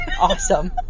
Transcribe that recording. Awesome